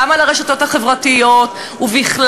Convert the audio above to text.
גם על הרשתות החברתיות ובכלל,